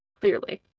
clearly